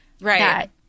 Right